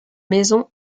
maison